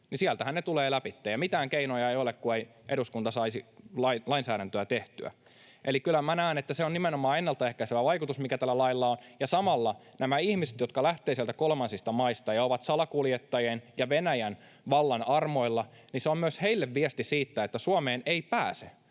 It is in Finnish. sieltähän ne tulevat läpi, ja mitään keinoja ei ole, kun ei eduskunta saisi lainsäädäntöä tehtyä. Eli kyllä minä näen, että se on nimenomaan ennaltaehkäisevä vaikutus, mikä tällä lailla on. Ja samalla myös näille ihmisille, jotka lähtevät sieltä kolmansista maista ja ovat salakuljettajien ja Venäjän vallan armoilla, se on viesti siitä, että Suomeen ei pääse.